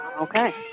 Okay